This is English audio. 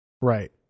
Right